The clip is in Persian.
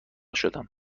شدم